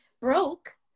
broke